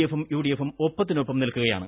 എഫും യുഡിഎഫും ഒപ്പത്തിനൊപ്പം നിൽക്കുകയാണ്